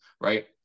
right